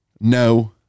no